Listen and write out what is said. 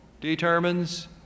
determines